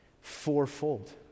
fourfold